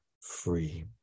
free